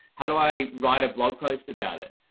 how do i write a blog post about it?